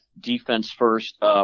defense-first